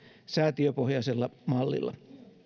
säätiöpohjaisella mallilla